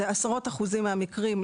זה עשרות אחוזים מהמקרים.